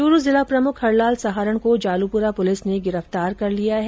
च्रू जिला प्रमुख हरलाल सहारण को जालूपुरा पुलिस ने गिरफ्तार कर लिया है